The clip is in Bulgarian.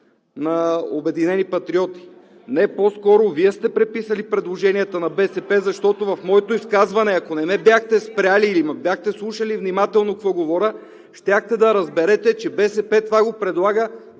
на „Обединени патриоти“! Не, по-скоро Вие сте преписали предложенията на БСП (реплики от ОП), защото в моето изказване, ако не ме бяхте спрели или ме бяхте слушали внимателно какво говоря, щяхте да разберете, че БСП това го предлага